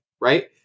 right